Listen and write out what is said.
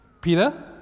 Peter